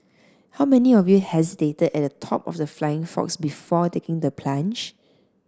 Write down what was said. how many of you hesitated at the top of the flying fox before taking the plunge